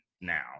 now